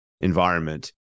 environment